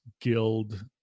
guild